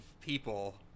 people